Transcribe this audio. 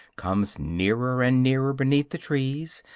comes nearer and nearer beneath the trees,